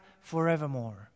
forevermore